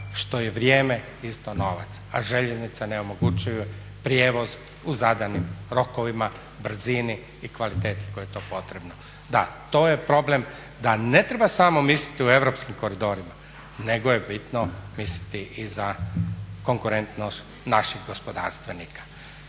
što je vrijeme isto novac, a željeznica ne omogućuje prijevoz u zadanim rokovima, brzini i kvaliteti kojoj je to potrebno. Da, to je problem da ne treba samo misliti o europskim koridorima, nego je bitno misliti i za konkurentnost naših gospodarstvenika.